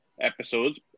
episodes